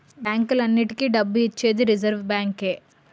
బ్యాంకులన్నింటికీ డబ్బు ఇచ్చేది రిజర్వ్ బ్యాంకే